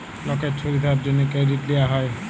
লকের ছুবিধার জ্যনহে কেরডিট লিয়া যায়